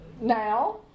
now